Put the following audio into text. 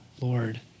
Lord